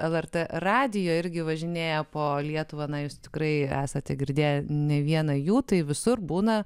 lrt radijo irgi važinėja po lietuvą na jūs tikrai esate girdėję ne vieną jų tai visur būna